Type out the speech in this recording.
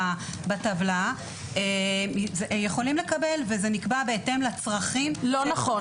בטבלה יכולים לקבל וזה נקבע בהתאם לצרכים --- לא נכון.